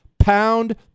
Pound